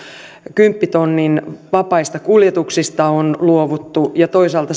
kymppitonnin vapaista kuljetuksista on luovuttu ja toisaalta